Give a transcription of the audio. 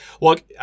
look